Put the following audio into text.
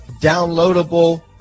downloadable